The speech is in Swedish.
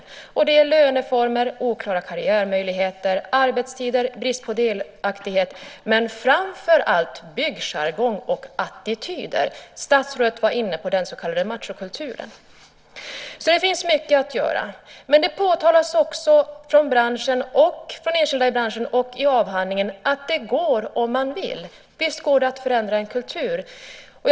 Det handlar också om löneformer, oklara karriärmöjligheter, brist på delaktighet, men framför allt byggjargong och attityder. Statsrådet var inne på detta med den så kallade machokulturen. Det finns mycket att göra. Men det påtalas från branschen, från enskilda i branschen och i avhandlingen att det visst går att förändra en kultur om man vill.